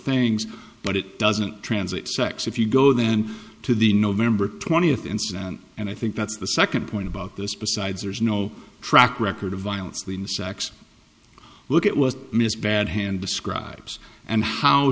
things but it doesn't translate sex if you go then to the november twentieth incident and i think that's the second point about this besides there's no track record of violence when sex look it was miss bad hand describes and how